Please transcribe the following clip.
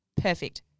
perfect